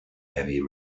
heavy